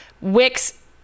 Wix